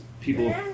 people